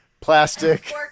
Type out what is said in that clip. plastic